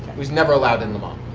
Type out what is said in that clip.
it was never allowed in le but